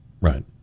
right